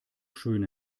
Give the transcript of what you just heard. schön